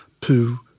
poo